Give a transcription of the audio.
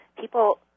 people